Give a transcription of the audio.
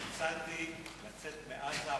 הצעתי לצאת מעזה,